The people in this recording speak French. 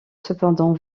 cependant